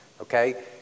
okay